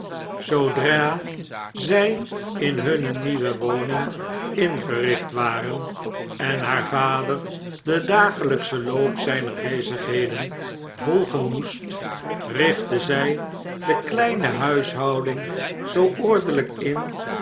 zoodra zij in hunne nieuwe woning ingericht waren en haar vader den dagelijkschen loop zijner bezigheden volgen moest richtte zij de kleine huishouding zoo ordelijk in